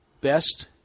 best